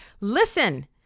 Listen